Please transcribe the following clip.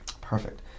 Perfect